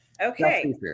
Okay